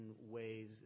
ways